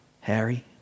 Harry